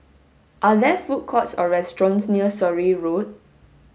are there food courts or restaurants near Surrey Road